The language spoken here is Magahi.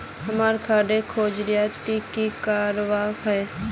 हमार कार्ड खोजेई तो की करवार है?